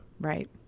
Right